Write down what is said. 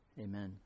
Amen